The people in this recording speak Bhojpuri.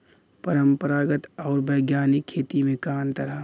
परंपरागत आऊर वैज्ञानिक खेती में का अंतर ह?